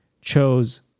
chose